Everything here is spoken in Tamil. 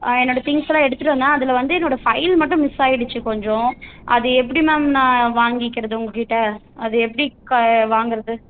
ஆ என்னோடய திங்க்ஸெலாம் எடுத்துகிட்டு வந்தேன் அதில் வந்து என்னோடய ஃபைல் மட்டும் மிஸ் ஆகிடுச்சு கொஞ்சம் அது எப்படி மேம் நான் வாங்கிக்கிறது உங்கள் கிட்டே அதை எப்படி க வாங்குகிறது